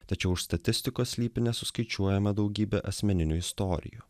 tačiau už statistikos slypi nesuskaičiuojama daugybė asmeninių istorijų